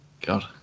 God